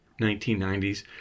1990s